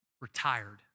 retired